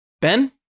Ben